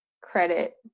credit